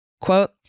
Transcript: Quote